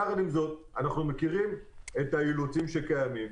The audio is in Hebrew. יחד עם זאת אנחנו מכירים את האילוצים הקיימים.